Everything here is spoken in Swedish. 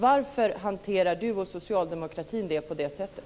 Varför hanterar han och socialdemokratin detta på det här sättet?